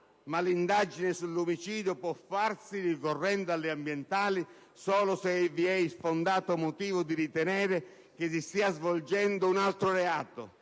ma l'indagine sull'omicidio può farsi ricorrendo alle ambientali solo se vi è fondato motivo di ritenere che si stia svolgendo un altro reato.